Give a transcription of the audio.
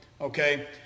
Okay